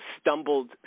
stumbled